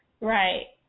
Right